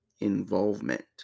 involvement